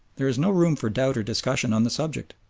there is no room for doubt or discussion on the subject.